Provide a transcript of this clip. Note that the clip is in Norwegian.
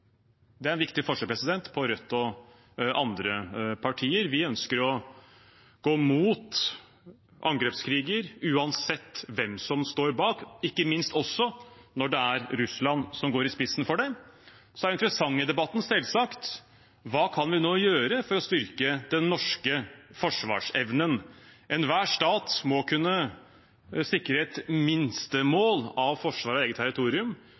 Det er en viktig forskjell på Rødt og andre partier. Vi ønsker å gå mot angrepskriger uansett hvem som står bak, ikke minst også når det er Russland som går i spissen for dem. Så er den interessante debatten selvsagt: Hva kan vi nå gjøre for å styrke den norske forsvarsevnen? Enhver stat må kunne sikre et minstemål av forsvar av eget territorium,